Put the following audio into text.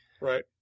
Right